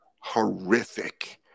horrific